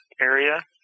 area